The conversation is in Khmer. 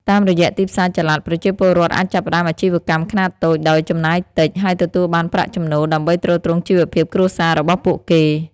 តាមរយៈទីផ្សារចល័ត ប្រជាពលរដ្ឋអាចចាប់ផ្តើមអាជីវកម្មខ្នាតតូចដោយចំណាយតិច ហើយទទួលបានប្រាក់ចំណូលដើម្បីទ្រទ្រង់ជីវភាពគ្រួសាររបស់ពួកគេ។